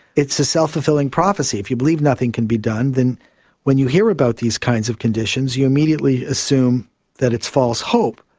it's a self-fulfilling prophecy if you believe nothing can be done then when you hear about these kinds of conditions you immediately soon that it's false hope.